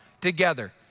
together